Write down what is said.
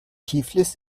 tiflis